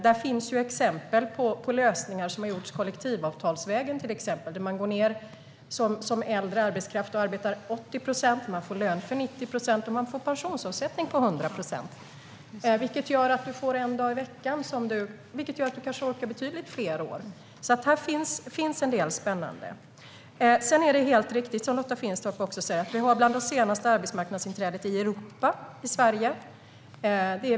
Det finns exempel på lösningar kollektivavtalsvägen, där man som äldre arbetskraft går ned och arbetar 80 procent men får lön för 90 procent och pensionsavsättning på 100 procent, vilket gör att man kanske orkar betydligt fler år. Här finns en del spännande. Sedan är det helt riktigt som Lotta Finstorp säger, att vi i Sverige har bland de senaste arbetsmarknadsinträdena i Europa.